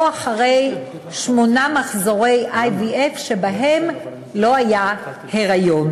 או אחרי שמונה מחזורי IVF שבהם לא היה היריון,